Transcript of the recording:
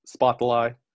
SpotTheLie